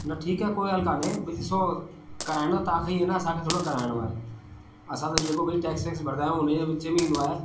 न ठीकु आहे कोई ॻाल्हि कोन्हे भई ॾिसो कराइणो तव्हांखे ई आहे न असांखे थोरी न कराइणो आहे असां त भई टैक्स वैक्स भरींदा आहियूं उनजे विच में ईन्दो आहे